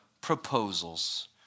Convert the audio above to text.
Proposals